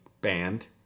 band